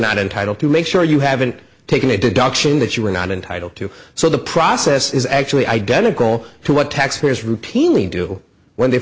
not entitled to make sure you haven't taken a deduction that you are not entitled to so the process is actually identical to what taxpayers routinely do when they